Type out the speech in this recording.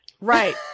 right